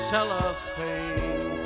Cellophane